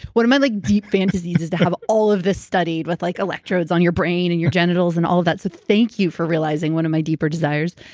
one of my like deep fantasies is to have all of this studied with like electrodes on your brain and your genitals and all that. so, thank you for realizing one of my deeper desires.